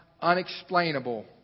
unexplainable